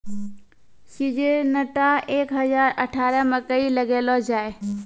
Syngenta एक हजार अठारह मकई लगैलो जाय?